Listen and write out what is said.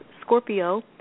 Scorpio